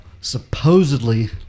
supposedly